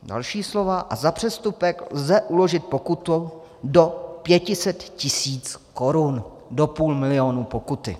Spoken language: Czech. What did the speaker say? Další slova: ... a za přestupek lze uložit pokutu do pěti set tisíc korun, do půl milionu pokuty.